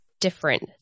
different